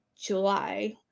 July